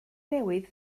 newydd